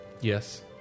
Yes